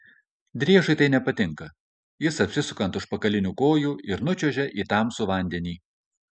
driežui tai nepatinka jis apsisuka ant užpakalinių kojų ir nučiuožia į tamsų vandenį